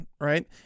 right